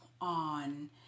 on